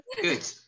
Good